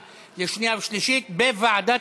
לוועדת